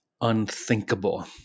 unthinkable